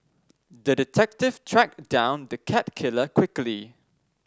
the detective tracked down the cat killer quickly